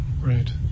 Right